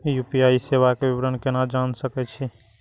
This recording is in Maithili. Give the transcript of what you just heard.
यू.पी.आई सेवा के विवरण केना जान सके छी?